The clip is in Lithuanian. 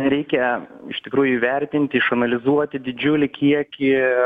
reikia iš tikrųjų įvertinti išanalizuoti didžiulį kiekį